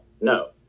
No